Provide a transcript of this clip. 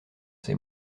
ces